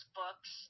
books